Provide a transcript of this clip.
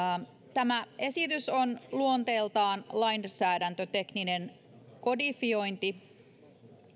tämä esitys on luonteeltaan lainsäädäntötekninen kodifiointi